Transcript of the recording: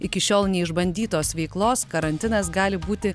iki šiol neišbandytos veiklos karantinas gali būti